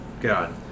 God